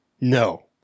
No